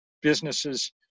businesses